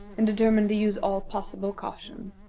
and determined to use all possible caution.